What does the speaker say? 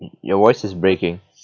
your voice is breaking